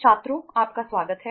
छात्रों आपका स्वागत है